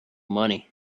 money